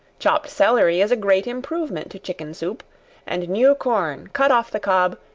chopped celery is a great improvement to chicken soup and new corn, cut off the cob,